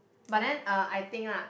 but then uh I think lah